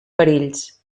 perills